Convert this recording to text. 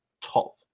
top